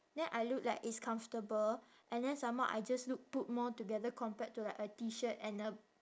then I look like it's comfortable and then some more I just look put more together compared to like a T shirt and a